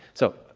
so,